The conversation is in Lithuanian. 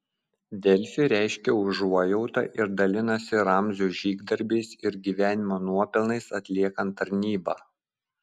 delfi reiškia užuojautą ir dalinasi ramzio žygdarbiais ir gyvenimo nuopelnais atliekant tarnybą